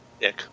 Dick